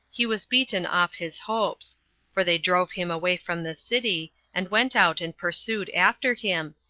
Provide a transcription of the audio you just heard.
he was beaten off his hopes for they drove him away from the city, and went out and pursued after him,